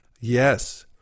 Yes